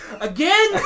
Again